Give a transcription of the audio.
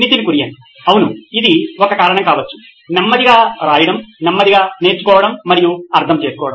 Nitin Kurian COO నోయిన్ electronics అవును అది ఒక కారణం కావచ్చు నెమ్మదిగా రాయడం నెమ్మదిగా నేర్చుకోవడం మరియు అర్థం చేసుకోవడం